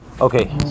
Okay